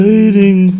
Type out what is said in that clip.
Waiting